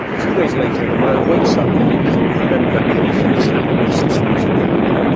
two days later, the man wakes up, and he can't remember anything that's happened since meeting the woman,